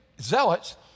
zealots